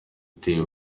iteye